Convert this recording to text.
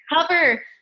cover